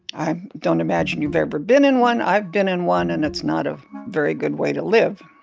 i don't imagine you've ever been in one i've been in one and it's not a very good way to live.